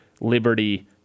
Liberty